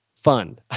fun